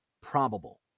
probable